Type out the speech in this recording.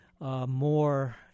more